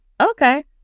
Okay